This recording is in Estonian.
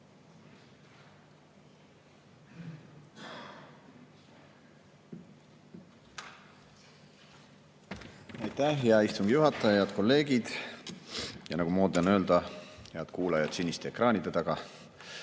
Aitäh, hea istungi juhataja! Head kolleegid! Ja nagu moodne on öelda, head kuulajad siniste ekraanide taga!